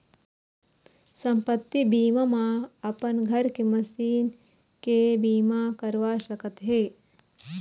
संपत्ति बीमा म अपन घर के, मसीन के बीमा करवा सकत हे